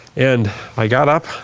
and i got up,